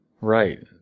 Right